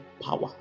power